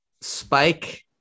Spike